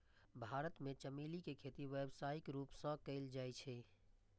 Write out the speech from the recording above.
भारत मे चमेली के खेती व्यावसायिक रूप सं कैल जाइ छै